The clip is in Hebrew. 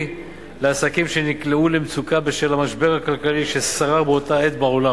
לעסקים שנקלעו למצוקה בשל המשבר הכלכלי ששרר באותה עת בעולם.